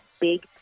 big